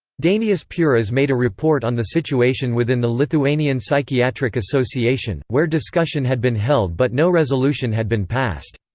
dainius puras made a report on the situation within the lithuanian psychiatric association, where discussion had been held but no resolution had been passed.